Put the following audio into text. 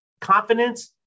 Confidence